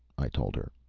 i told her.